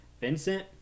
Vincent